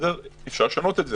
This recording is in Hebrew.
אפשר לשנות את זה.